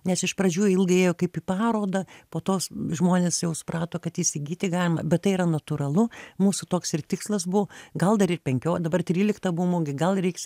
nes iš pradžių ilgai ėjo kaip į parodą po tos žmonės jau suprato kad įsigyti galima bet tai yra natūralu mūsų toks ir tikslas buo gal dar ir penkio dabar trylikta buvo mugė gal reiks